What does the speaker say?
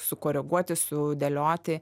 sukoreguoti sudėlioti